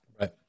Right